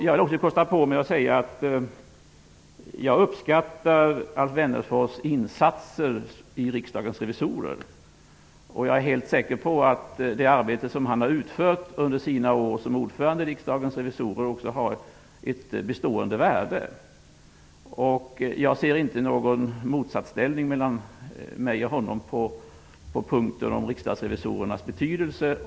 Jag vill också kosta på mig att säga att jag uppskattar Alf Wennerfors insatser i Riksdagens revisorer. Jag är helt säker på att det arbete som han har utfört under sina år som ordförande i Riksdagens revisorer också har ett bestående värde. Jag ser inte någon motsatsställning mellan mig och honom när det gäller punkten om Riksdagsrevisorernas betydelse.